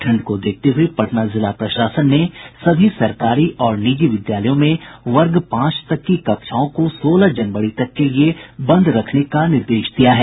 ठंड को देखते हुए पटना जिला प्रशासन ने सभी सरकारी और निजी विद्यालयों में वर्ग पांच तक की कक्षाओं को सोलह जनवरी तक के लिए बंद रखने का निर्देश दिया है